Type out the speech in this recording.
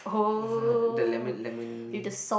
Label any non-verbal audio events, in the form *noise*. *noise* the lemon lemon